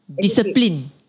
Discipline